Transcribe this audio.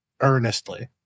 earnestly